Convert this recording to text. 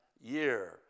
year